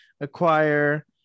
acquire